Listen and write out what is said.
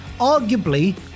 arguably